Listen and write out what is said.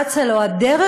אצה לו הדרך,